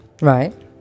Right